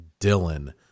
Dylan